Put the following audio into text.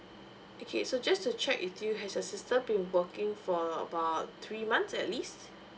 okay so just to check with you has your sister been working for about three months at least